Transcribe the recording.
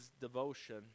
devotion